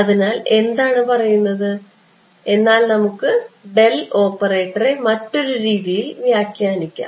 അതിനാൽ എന്താണ് പറയുന്നത് എന്നാൽ നമുക്ക് ഡെൽ ഓപ്പറേറ്ററെ മറ്റൊരു രീതിയിൽ വ്യാഖ്യാനിക്കാം